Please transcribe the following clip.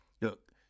look